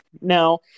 now